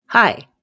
Hi